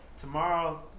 Tomorrow